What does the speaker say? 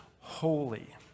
holy